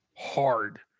Hard